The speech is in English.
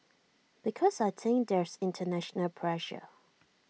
because I think there's International pressure